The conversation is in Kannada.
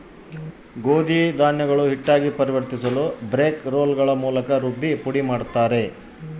ಗೋಧಿ ಧಾನ್ಯಗಳು ಹಿಟ್ಟಾಗಿ ಪರಿವರ್ತಿಸಲುಬ್ರೇಕ್ ರೋಲ್ಗಳ ಮೂಲಕ ರುಬ್ಬಿ ಪುಡಿಮಾಡುತ್ತಾರೆ